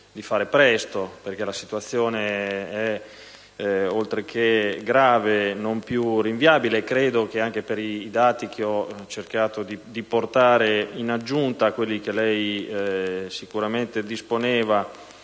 di fare presto, perché la situazione, oltre che grave, non è più rinviabile. Credo che anche dai dati che ho cercato di portare, in aggiunta a quelli di cui lei sicuramente disponeva,